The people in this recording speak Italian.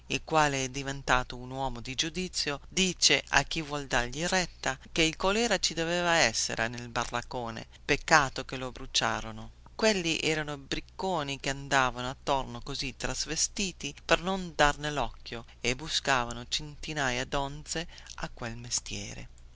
il quale è diventato un uomo di giudizio dice a chi vuol dargli retta che il colèra ci doveva essere nel baraccone peccato che lo bruciarono quelli erano ricconi che andavano attorno così travestiti per non dar nellocchio e buscavano centinaia donze a quel mestiere